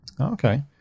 Okay